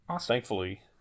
thankfully